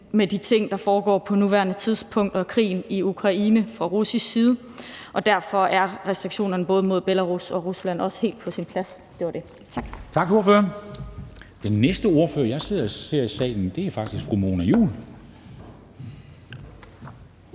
med de ting, der foregår fra russisk side på nuværende tidspunkt, krigen i Ukraine, og derfor er restriktionerne både mod Belarus og Rusland også helt på deres plads. Det var det. Tak.